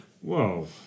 Whoa